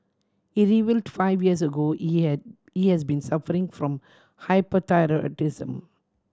he reveal five years ago he he has been suffering from hyperthyroidism